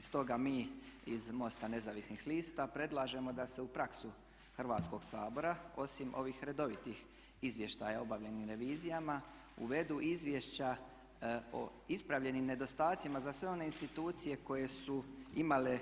Stoga mi iz MOST-a nezavisnih lista predlažemo da se u praksu Hrvatskog sabora osim ovih redovitih izvještaja o obavljenim revizijama uvedu i izvješća o ispravljenim nedostatcima za sve one institucije koje su imale